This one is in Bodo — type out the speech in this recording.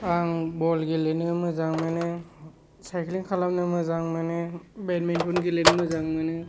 आं बल गेलेनो मोजां मोनो सायक्लिं खालामनो मोजां मोनो बेदमिन्टन गेलेनो मोजां मोनो